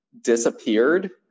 disappeared